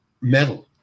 metal